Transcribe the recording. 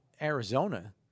Arizona